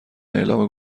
اعلام